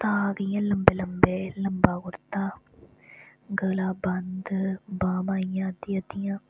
ताक इ'यां लंबे लंबे लंबा कुर्ता गला बंद बाह्मां इ'यां अद्धी अद्धियां